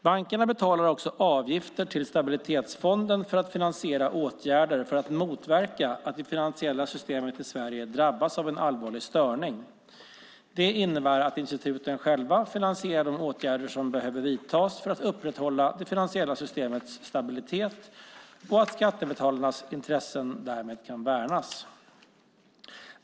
Bankerna betalar också avgifter till stabilitetsfonden för att finansiera åtgärder för att motverka att det finansiella systemet i Sverige drabbas av en allvarlig störning. Det innebär att instituten själva finansierar de åtgärder som behöver vidtas för att upprätthålla det finansiella systemets stabilitet och att skattebetalarnas intressen därmed kan värnas.